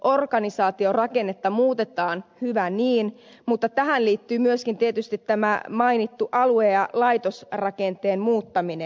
organisaatiorakennetta muutetaan hyvä niin mutta tähän liittyy myöskin tietysti tämä mainittu alue ja laitosrakenteen muuttaminen